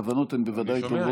הכוונות הן ודאי טובות,